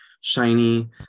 shiny